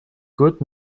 good